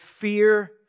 fear